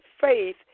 faith